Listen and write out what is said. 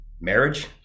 marriage